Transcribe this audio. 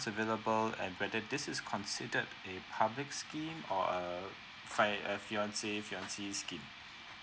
available and whether this is considered a public scheme or a fi~ uh fiancé fiancée scheme